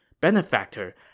Benefactor